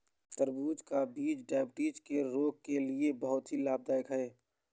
तरबूज का बीज डायबिटीज के रोगी के लिए बहुत ही लाभदायक है